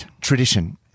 tradition